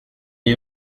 est